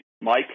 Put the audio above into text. Mike